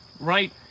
right